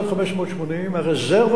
הרזרבה בפועל שבסוף היתה,